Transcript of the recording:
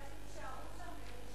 שתישארו שם כדי לשמור על מחירי הדיור.